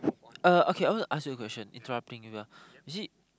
uh okay I want to ask you a question interrupting you ah you see